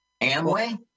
Amway